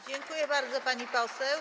Dziękuję bardzo, pani poseł.